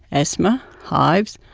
asthma, hives,